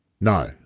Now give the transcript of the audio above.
No